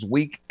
Week